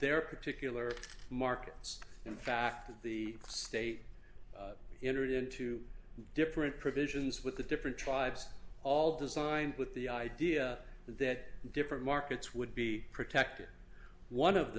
their particular markets in fact of the state interest in two different provisions with the different tribes all designed with the idea that different markets would be protected one of